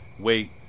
wait